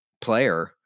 player